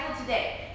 today